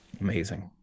Amazing